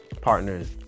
partners